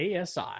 ASI